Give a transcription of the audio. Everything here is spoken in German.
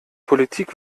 politik